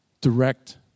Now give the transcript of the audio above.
Direct